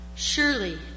Surely